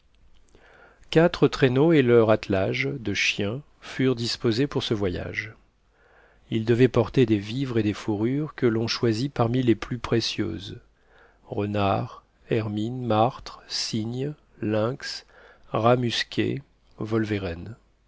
quatre traîneaux et leur attelage de chiens furent disposés pour ce voyage ils devaient porter des vivres et des fourrures que l'on choisit parmi les plus précieuses renards hermines martres cygnes lynx rats musqués